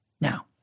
Now